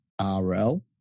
RL